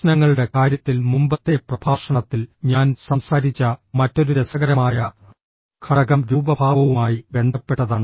പ്രശ്നങ്ങളുടെ കാര്യത്തിൽ മുമ്പത്തെ പ്രഭാഷണത്തിൽ ഞാൻ സംസാരിച്ച മറ്റൊരു രസകരമായ ഘടകം രൂപഭാവവുമായി ബന്ധപ്പെട്ടതാണ്